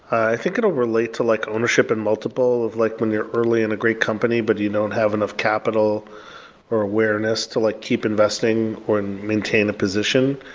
i think it will relate to like ownership and multiple of like when you're early in a great company, but you don't have enough capital or awareness to like keep investing or maintain a position.